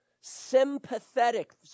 sympathetic